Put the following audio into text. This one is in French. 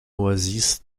oasis